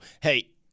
hey